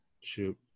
Shoot